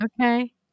Okay